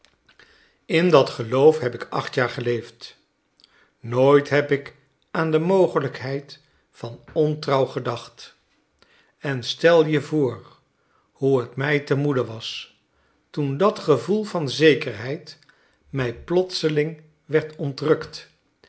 in dat geloof heb ik acht jaar geleefd nooit heb ik aan de mogelijkheid van ontrouw gedacht en stel je voor hoe t mij te moede was toen dat gevoel van zekerheid mij plotseling werd